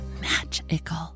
magical